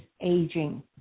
aging